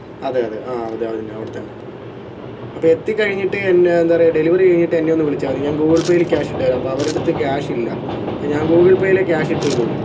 അതെ അതെ ആ അത് തന്നെ അവിടെ തന്നെ അപ്പോൾ എത്തി കഴിഞ്ഞിട്ട് എന്നെ എന്താ പറയുക ഡെലിവറി കഴിഞ്ഞിട്ട് എന്നെയൊന്ന് വിളിച്ചാൽ മതി ഞാൻ ഗൂഗിൾ പേയിൽ ക്യാഷ് ഇട്ട് തരാം അപ്പോൾ അവരുടെ അടുത്ത് ക്യാഷ് ഇല്ല അപ്പം ഞാൻ ഗൂഗിൾ പേയിലെ ക്യാഷ് ഇട്ട് തരികയുള്ളൂ